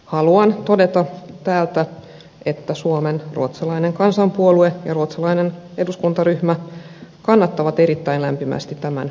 haluan todeta täältä että suomen ruotsalainen kansanpuolue ja ruotsalainen eduskuntaryhmä kannattavat erittäin lämpimästi tämän mallin kehittämistä